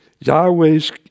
Yahweh's